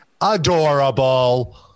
adorable